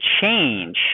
change